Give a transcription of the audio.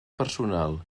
personal